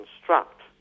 construct